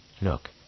Look